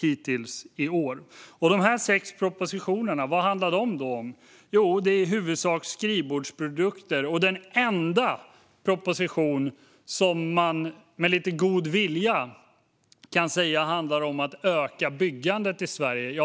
hittills i år. Vad handlar då de sex propositionerna om? Det är i huvudsak skrivbordsprodukter. Den enda proposition som man med lite god vilja kan säga handlar om att öka byggandet i Sverige